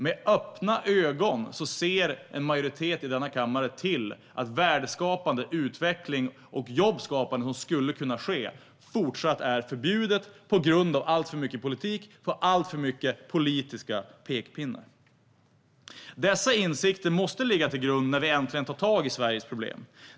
Med öppna ögon ser en majoritet i denna kammare till att värdeskapande, utveckling och jobbskapande som skulle kunna ske fortsatt är förbjudet på grund av alltför mycket politik och alltför många politiska pekpinnar. Dessa insikter måste ligga till grund när vi äntligen tar tag i Sveriges problem.